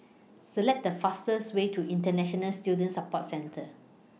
Select The fastest Way to International Student Support Centre